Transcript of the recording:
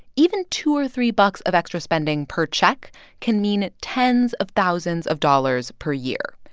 even two or three bucks of extra spending per check can mean tens of thousands of dollars per year.